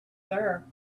there